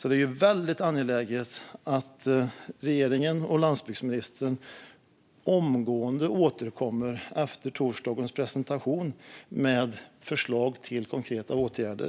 Det är alltså väldigt angeläget att regeringen och landsbygdsministern omgående återkommer, efter torsdagens presentation, med förslag till konkreta åtgärder.